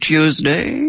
Tuesday